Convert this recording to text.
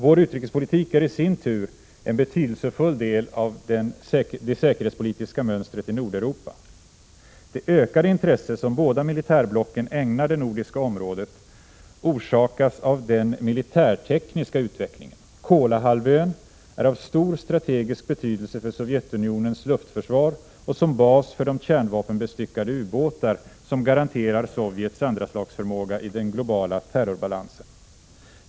Vår utrikespolitik är i sin tur en betydelsefull del av det säkerhetspolitiska mönstret i Nordeuropa. Det ökade intresse som de båda militärblocken ägnar det nordiska området orsakas av den militärtekniska utvecklingen. Kolahalvön är av stor strategisk betydelse för Sovjetunionens luftförsvar och som bas för de kärnvapenbestyckade ubåtar som garanterar Sovjet andraslagsförmåga i den globala terrorbalansen.